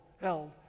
held